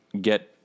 get